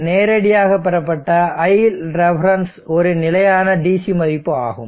நேரடியாக பெறப்பட்ட iLref ஒரு நிலையான DC மதிப்பு ஆகும்